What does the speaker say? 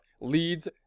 leads